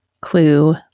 clue